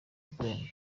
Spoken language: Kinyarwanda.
gang